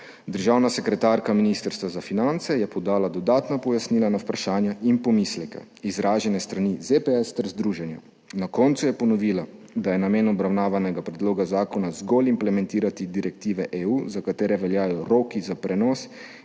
Državna sekretarka Ministrstva za finance je podala dodatna pojasnila na vprašanja in pomisleke, izražene s strani ZPS ter združenja. Na koncu je ponovila, da je namen obravnavanega predloga zakona zgolj implementirati direktive EU, za katere veljajo roki za prenos